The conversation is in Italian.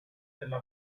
della